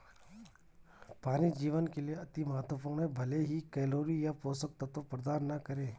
पानी जीवन के लिए अति महत्वपूर्ण है भले ही कैलोरी या पोषक तत्व प्रदान न करे